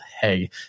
Hey